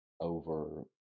over